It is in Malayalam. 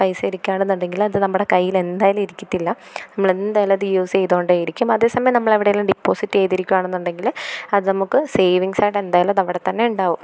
പൈസ ഇരിക്കാണെന്നുണ്ടെങ്കില് അത് നമ്മുടെ കയ്യിലെന്തായാലും ഇരിക്കത്തില്ല നമ്മളെന്തായാലും അത് യൂസെയ്തോണ്ടെ ഇരിക്കും അതേസമയം നമ്മളവിടെലും ഡിപ്പോസിറ്റെയ്തിരിക്കുവാണെന്നുണ്ടെങ്കില് അത് നമുക്ക് സേവിങ്ങ്സായിട്ടെന്തായാലും അതവിടെ തന്നെ ഉണ്ടാവും